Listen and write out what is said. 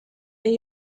and